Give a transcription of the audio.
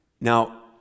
Now